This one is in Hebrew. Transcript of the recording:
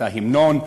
את ההמנון,